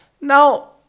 Now